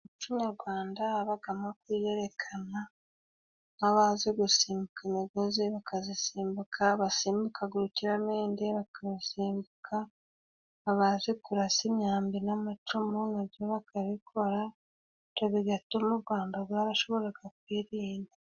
Umuco nyarwanda habagamo kwiyerekana, nk'abazi gusimbuka imigozi bakazisimbuka, abasimbukaga urukiramende bakarusimbuka, abazi kurasa imyambi n'amacumu nabyo bakabikora, ibyo bigatuma u Rwanda rwarashoboraga kwirinda.